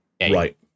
Right